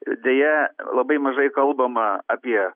deja labai mažai kalbama apie